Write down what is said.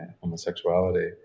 homosexuality